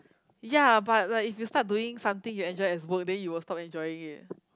ya but like if you start doing something you enjoy as good then you will stop enjoying it